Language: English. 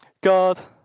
God